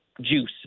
juice